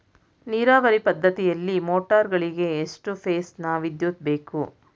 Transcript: ನೀರಾವರಿ ಪದ್ಧತಿಯಲ್ಲಿ ಮೋಟಾರ್ ಗಳಿಗೆ ಎಷ್ಟು ಫೇಸ್ ನ ವಿದ್ಯುತ್ ಬೇಕು?